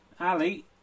Ali